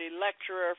lecturer